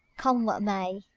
come what may,